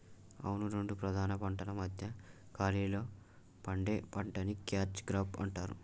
అవును రెండు ప్రధాన పంటల మధ్య ఖాళీలో పండే పంటని క్యాచ్ క్రాప్ అంటారు